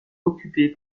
occupée